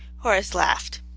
horace laughed.